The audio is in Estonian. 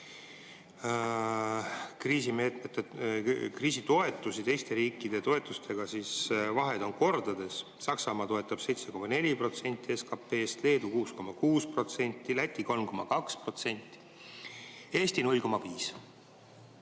kriisitoetusi teiste riikide toetustega, siis vahed on kordades: Saksamaa toetab 7,4% SKT-st, Leedu 6,6%, Läti 3,2%, Eesti 0,5%.